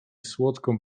słodką